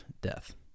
death